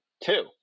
Two